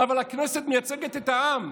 אבל הכנסת מייצגת את העם.